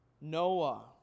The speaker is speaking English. Noah